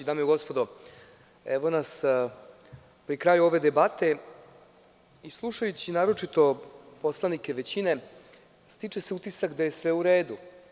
Dame i gospodo, evo nas pri kraju ove debate i slušajući naročito poslanike većine, stiče se utisak da je sve u redu.